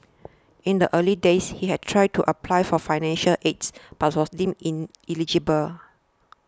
in the early days he had tried to apply for financial AIDS but was deemed ineligible